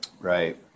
Right